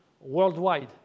worldwide